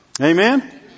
Amen